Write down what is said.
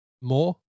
more